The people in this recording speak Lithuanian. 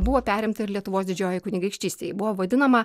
buvo perimta ir lietuvos didžioj kunigaikštystėj buvo vadinama